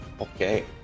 Okay